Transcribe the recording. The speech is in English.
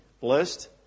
blessed